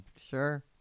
Sure